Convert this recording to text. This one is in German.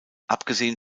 abgesehen